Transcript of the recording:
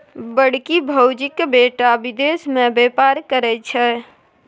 बड़की भौजीक बेटा विदेश मे बेपार करय छै